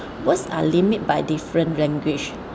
words are limit by different language